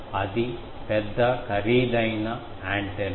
అది పెద్ద ఖరీదైన యాంటెన్నా